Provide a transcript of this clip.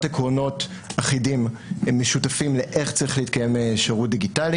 עקרונות אחידים משותפים לאיך צריך להתקיים שירות דיגיטלי